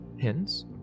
Hence